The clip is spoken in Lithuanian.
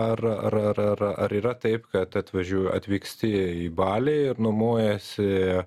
ar ar ar yra taip kad atvažiuo atvyksti į balį ir nuomojasi